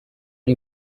ari